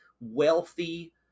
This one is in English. wealthy